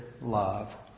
love